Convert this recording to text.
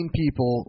people